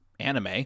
anime